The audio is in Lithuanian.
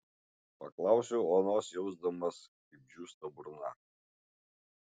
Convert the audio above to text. paklausiau onos jausdamas kaip džiūsta burna